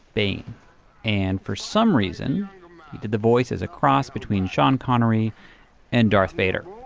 bane and for some reason the voice is a cross between sean connery and darth vader.